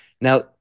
Now